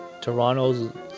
Toronto's